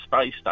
space